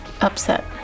upset